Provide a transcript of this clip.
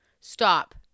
Stop